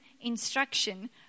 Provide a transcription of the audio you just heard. instruction